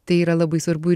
tai yra labai svarbu ir